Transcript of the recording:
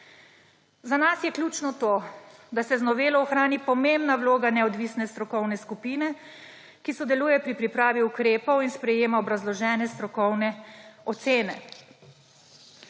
Za nas je ključno to, da se z novelo ohrani pomembna vloga neodvisne strokovne skupine, ki sodeluje pri pripravi ukrepov in sprejema obrazložene strokovne ocene.